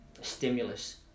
stimulus